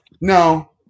No